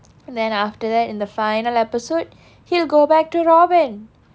and then after that in the final episode he'll go back to robin